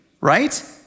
Right